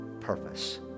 purpose